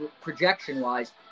projection-wise